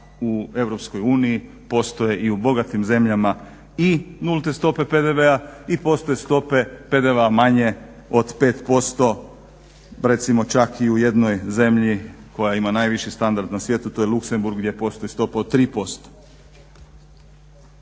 u EU postoje i u bogatim zemljama i nulte stope PDV-a i postoje stope PDV-a manje od 5% recimo čak i u jednoj zemlji koja ima najviši standard na svijetu. To je Luxembourg gdje postoji stopa od 3%.